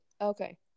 Okay